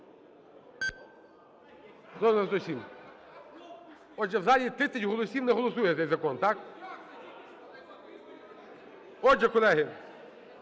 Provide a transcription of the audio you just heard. Отже, колеги,